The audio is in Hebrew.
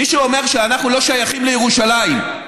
מי שאומר שאנחנו לא שייכים לירושלים,